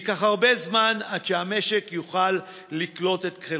וייקח הרבה זמן עד שהמשק יוכל לקלוט את חלקם.